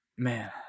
Man